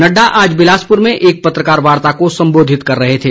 नड़डा आज बिलासपुर में एक पत्रकार वार्ता को संबोधित कर रहे थे